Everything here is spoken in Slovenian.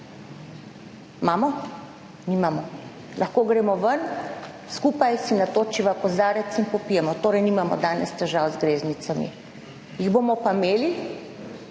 Imamo? Nimamo. Lahko gremo ven, skupaj si natočiva kozarec in popijemo. Torej nimamo danes težav z greznicami. Jih bomo pa imeli,